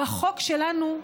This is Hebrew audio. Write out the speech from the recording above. בחוק שלנו,